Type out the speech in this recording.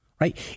right